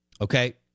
Okay